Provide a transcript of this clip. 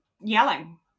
yelling